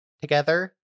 Together